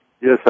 Yes